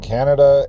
Canada